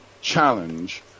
challenge